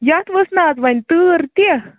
یَتھ ؤژھ نا حظ وۅنۍ تۭر تہِ